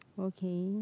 okay